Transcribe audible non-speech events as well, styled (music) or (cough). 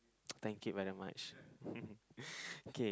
(noise) thank you very much (laughs) okay